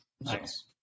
Nice